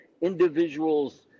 individual's